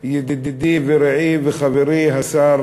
ידידי ורעי וחברי השר